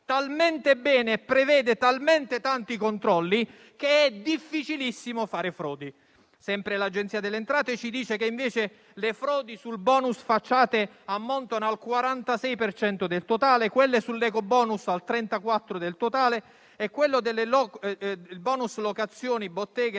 talmente bene e prevede talmente tanti controlli che è difficilissimo fare frodi. Sempre l'Agenzia delle entrate ci dice che, invece, le frodi sul bonus facciate ammontano al 46 per cento del totale; quelle sull'ecobonus al 34 per cento del totale; quelle sul bonus locazioni negozi